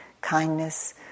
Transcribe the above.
kindness